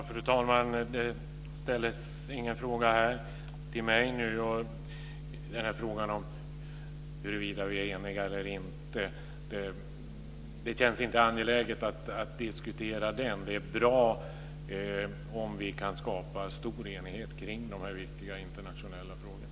Fru talman! Det ställdes ingen fråga till mig. Om vi är eniga eller inte känns det inte angeläget att diskutera nu. Det är bra om vi kan skapa en stor enighet kring de här viktiga internationella frågorna.